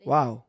Wow